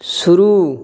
शुरू